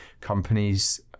companies